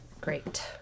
Great